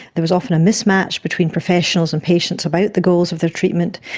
there was often a mismatch between professionals and patients about the goals of their treatment.